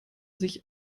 sich